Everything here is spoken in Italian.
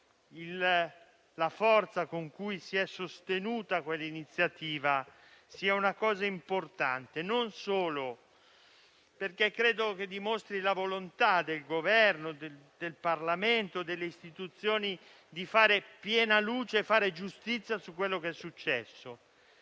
la forza con la quale si è sostenuta quell'iniziativa siano una cosa importante, perché credo che dimostrino la volontà del Governo, del Parlamento e delle istituzioni di fare piena luce e fare giustizia su quello che è successo.